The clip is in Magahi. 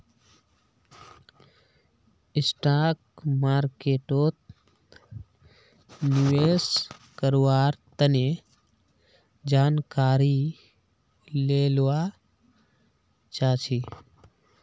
स्टॉक मार्केटोत निवेश कारवार तने जानकारी ले लुआ चाछी